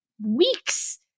weeks